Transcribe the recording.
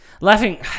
laughing